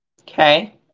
Okay